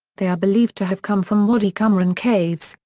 they are believed to have come from wadi qumran caves,